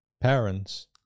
parents